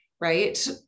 right